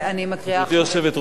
גברתי היושבת-ראש,